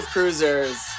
Cruisers